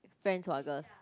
friends who are girls